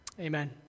amen